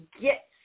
get